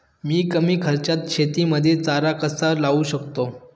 मी कमी खर्चात शेतीमध्ये चारा कसा लावू शकतो?